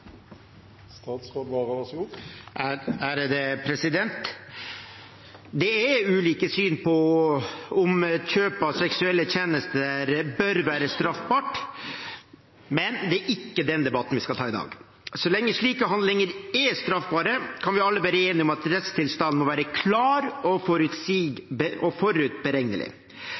Det er ulike syn på om kjøp av seksuelle tjenester bør være straffbart, men det er ikke den debatten vi skal ta i dag. Så lenge slike handlinger er straffbare, kan vi alle være enige om at rettstilstanden må være klar og